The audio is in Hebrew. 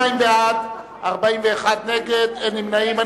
22 בעד, 41 נגד, אין נמנעים.